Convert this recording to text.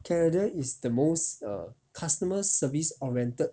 canada is the most err customer service oriented